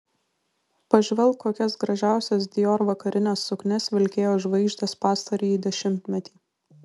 pažvelk kokias gražiausias dior vakarines suknias vilkėjo žvaigždės pastarąjį dešimtmetį